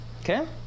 Okay